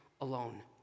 alone